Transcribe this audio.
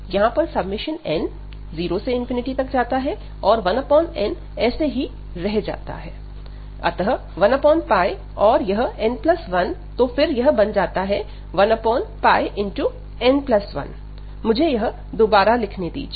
यहां पर summation n 0 से तक जाता है और 1n ऐसे ही रह जाते हैं अतः 1 और यह n 1तो फिर यह बन जाता है 1n1 मुझे यह दोबारा लिखने दीजिए